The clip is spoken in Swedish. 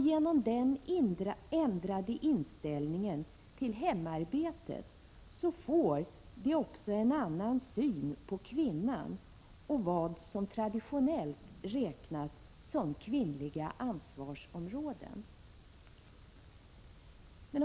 Genom den ändrade inställningen till hemarbetet får de också en annan syn på kvinnan och vad som traditionellt räknas som kvinnliga ansvarsområden.